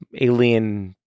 alien